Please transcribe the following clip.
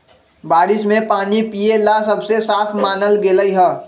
बारिश के पानी पिये ला सबसे साफ मानल गेलई ह